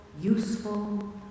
useful